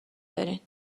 دارین